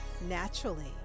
naturally